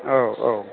औ औ